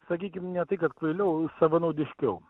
sakykim ne tai kad kvailiau savanaudiškiau